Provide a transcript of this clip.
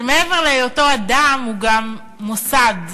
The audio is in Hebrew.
שמעבר להיותו אדם, הוא גם מוסד.